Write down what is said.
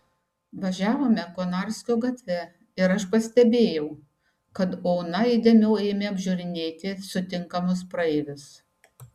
važiavome konarskio gatve ir aš pastebėjau kad ona įdėmiau ėmė apžiūrinėti sutinkamus praeivius